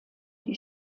die